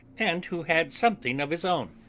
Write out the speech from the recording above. and who had something of his own,